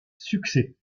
succès